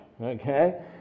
Okay